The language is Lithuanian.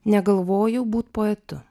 negalvojau būt poetu